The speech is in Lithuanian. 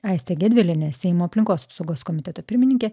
aistė gedvilienė seimo aplinkos apsaugos komiteto pirmininkė